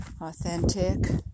authentic